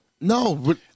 No